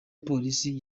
polisi